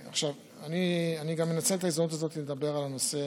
אני גם אנצל את ההזדמנות הזאת לדבר על הנושא